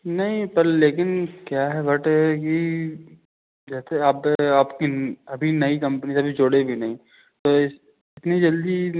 नहीं लेकिन क्या है बट ही जैसे अब आपकी अभी नई कम्पनी अभी जुड़ेगी नहीं ये इतनी जल्दी